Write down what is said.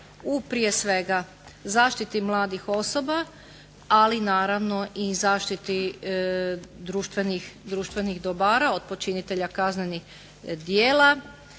u prije svega zaštiti mladih osoba, ali naravno i zaštiti društvenih dobara od počinitelja kaznenih djela,